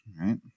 Right